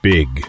Big